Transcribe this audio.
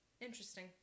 Interesting